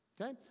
okay